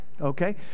Okay